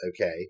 okay